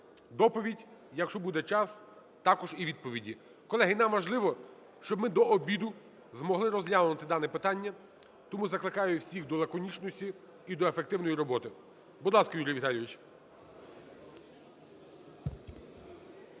доповідь, якщо буде час, також і відповіді. Колеги, нам важливо, щоб ми до обіду змогли розглянути дане питання, тому закликаю всіх до лаконічності і до ефективної роботи. Будь ласка, Юрій Віталійович.